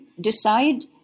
decide